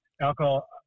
alcohol